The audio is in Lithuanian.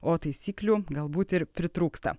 o taisyklių galbūt ir pritrūksta